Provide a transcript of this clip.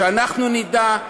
שאנחנו נדע,